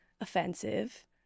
offensive